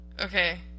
Okay